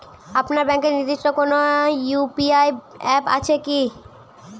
আপনার ব্যাংকের নির্দিষ্ট কোনো ইউ.পি.আই অ্যাপ আছে আছে কি?